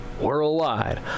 Worldwide